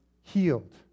healed